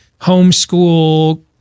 homeschool